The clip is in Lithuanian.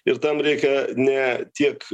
ir tam reikia ne tiek